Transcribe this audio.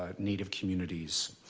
um native communities.